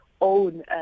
own